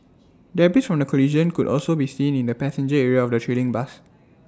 debris from the collision could also be seen in the passenger area of the trailing bus